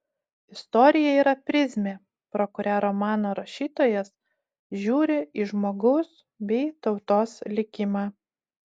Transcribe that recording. istorija yra prizmė pro kurią romano rašytojas žiūri į žmogaus bei tautos likimą